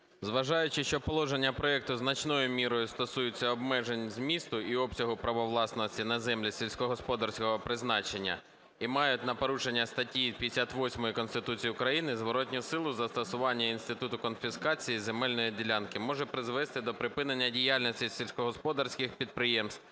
Зважаючи, що положення проекту значною мірою стосується обмежень змісту і обсягу право власності на землі сільськогосподарського призначення і мають на порушення статті 58 Конституції України зворотну силу, застосування інституту конфіскації земельної ділянки може призвести до припинення діяльності сільськогосподарських підприємств,